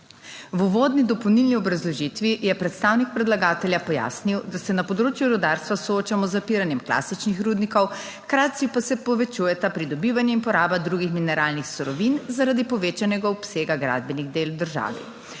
V uvodni dopolnilni obrazložitvi je predstavnik predlagatelja pojasnil, da se na področju rudarstva soočamo z zapiranjem klasičnih rudnikov, hkrati pa se povečujeta pridobivanje in poraba drugih mineralnih surovin zaradi povečanega obsega gradbenih del v državi.